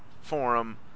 forum